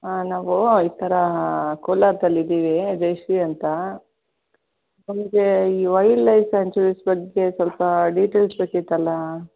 ಹಾಂ ನಾವು ಈ ಥರ ಕೋಲಾರದಲ್ಲಿದ್ದೀವಿ ಜಯಶ್ರೀ ಅಂತ ನಮಗೆ ಈ ವೈಲ್ಡ್ ಲೈಫ್ ಸ್ಯಾಂಕ್ಚುರೀಸ್ ಬಗ್ಗೆ ಸ್ವಲ್ಪ ಡಿಟೇಲ್ಸ್ ಬೇಕಿತ್ತಲ್ಲ